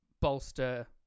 bolster